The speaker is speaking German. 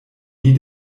nie